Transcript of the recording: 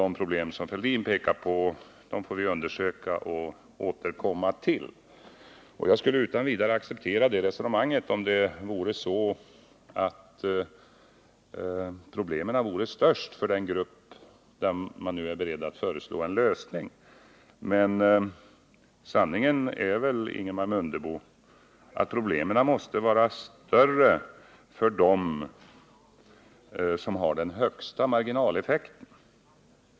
De problem som Thorbjörn Fälldin pekade på får vi undersöka och återkomma till, sade Ingemar Mundebo. Jag skulle utan vidare acceptera det resonemanget, om problemen vore störst för den grupp som regeringen nu är beredd att föreslå en lösning för. Men sanningen är väl, Ingemar Mundebo, att problemen är större för dem som har den högsta marginaleffekten.